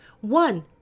One